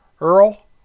earl